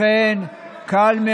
בשוליים.